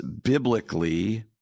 biblically